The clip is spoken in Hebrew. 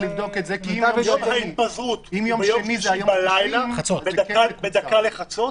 יום ההתפזרות הוא ביום שלישי בלילה, בדקה לחצות,